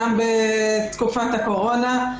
גם בתקופת הקורונה,